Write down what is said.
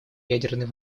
ядерной